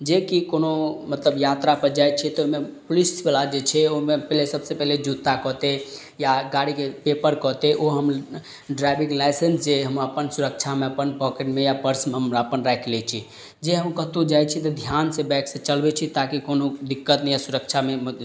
जेकि कोनो मतलब यात्रापर जाइ छियै तऽ ओइमे पुलिसवला जे छै ओइमे पहिले सबसँ पहिले जूत्ता कहतइ या गाड़ीके पेपर कहतइ ओ हम ड्राइविंग लाइसेंस जे हम अपन सुरक्षामे अपन पॉकेटमे या पर्समे हम अपन राखि लै छी जे हम कतहु जाइ छी तऽ ध्यानसँ बाइक से चलबइ छी ताकि कोनो दिक्कत नहि अइ सुरक्षामे